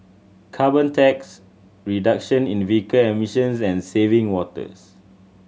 carbon tax reduction in vehicle emissions and saving waters